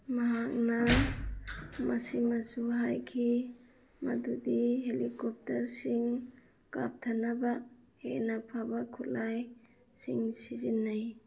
ꯃꯍꯥꯛꯅ ꯃꯁꯤꯃꯁꯨ ꯍꯥꯏꯈꯤ ꯃꯗꯨꯗꯤ ꯍꯦꯂꯤꯀꯣꯞꯇꯔ ꯁꯤꯡ ꯀꯥꯞꯊꯅꯕ ꯍꯦꯟꯅ ꯐꯥꯔꯕ ꯈꯨꯠꯂꯥꯏꯁꯤꯡ ꯁꯤꯖꯤꯟꯅꯩ